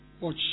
Watch